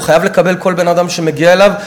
הוא חייב לקבל כל בן-אדם שמגיע אליו.